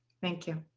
thank you.